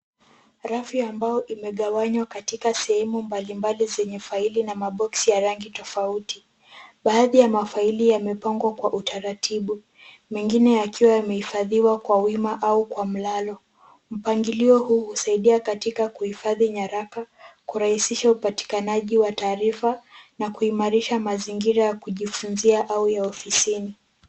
Rafu ya mbao imegawanywa katika sehemu mbalimbali zenye faili na boxi ya rangi tofauti. Baadhi ya mafaili yamepangwa kwa utaratibu mengine yakiwa yamehifadhiwa kwa wima au kwa mlalo. Mpangilio huu husaidia katika kuhifadhi kwa nyaraka kurahisisha upatikanaji wa taarifa na kuimarisha mazingira ya kujifunzia au ya ofisini.